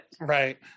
right